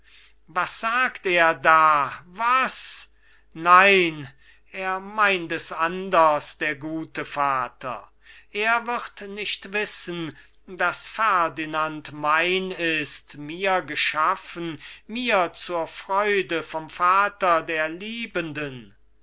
was sagt er da was nein er meint es anders der gute vater er wird nicht wissen daß ferdinand mein ist mir geschaffen mir zur freude vom vater der liebenden